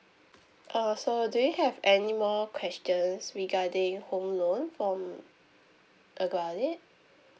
uh so do you have any more questions regarding home loan from uh got it